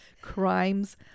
crimes